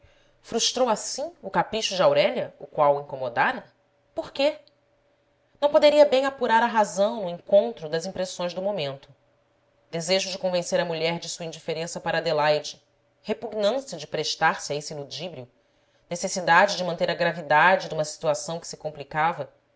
frustrou assim o capricho de aurélia o qual o incomodara por quê não poderia bem apurar a razão no encontro das impressões do momento desejo de convencer a mulher de sua indiferença para adelaide repugnância de prestar se a esse ludíbrio necessidade de manter a gravidade duma situação que se complicava